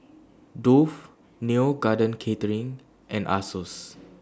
Dove Neo Garden Catering and Asos